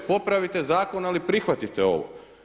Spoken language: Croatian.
Popravite zakon ali prihvatite ovo.